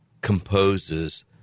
composes